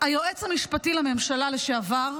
היועץ המשפטי לממשלה לשעבר,